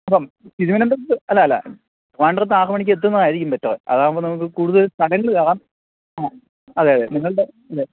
അപ്പോള് അല്ല അല്ല ട്രിവാന്ഡ്രത്ത് ആറു മണിക്ക് എത്തുന്നതായിരിക്കും ബെറ്റര് അതാകുമ്പോള് നമുക്ക് കൂടുതൽ സ്ഥലങ്ങളില് കയറാം ആ അതെ അതെ നിങ്ങളുടെ അതെ